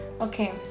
Okay